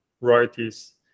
royalties